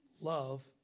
love